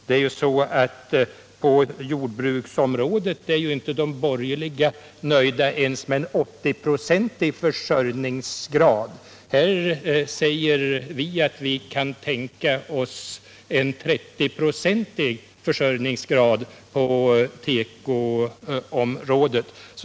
När det gäller jordbruksområdet är ju de borgerliga inte ens nöjda med en 80-procentig försörjningsgrad medan vi säger, att vi kan tänka oss en 30-procentig försörjningsgrad på tekoområdet.